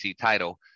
title